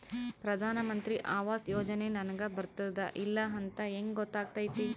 ಪ್ರಧಾನ ಮಂತ್ರಿ ಆವಾಸ್ ಯೋಜನೆ ನನಗ ಬರುತ್ತದ ಇಲ್ಲ ಅಂತ ಹೆಂಗ್ ಗೊತ್ತಾಗತೈತಿ?